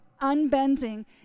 unbending